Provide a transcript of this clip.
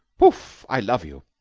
poof! i love you.